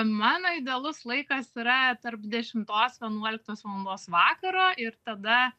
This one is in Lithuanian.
mano idealus laikas yra tarp dešimtos vienuoliktos valandos vakaro ir tada